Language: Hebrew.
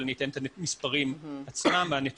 אבל אני אתן את המספרים עצמם והנתונים